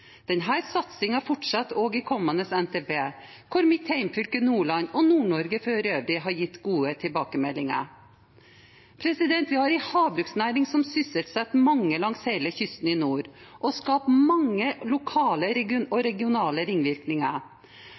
fortsetter også i kommende NTP hvor mitt hjemfylke Nordland og Nord-Norge for øvrig har gitt gode tilbakemeldinger. Vi har en havbruksnæring som sysselsetter mange langs hele kysten i nord, og som skaper mange lokale og regionale ringvirkninger.